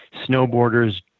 snowboarders